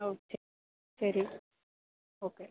okay ശരി okay